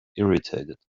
irritated